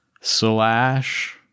Slash